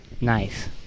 Nice